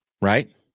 right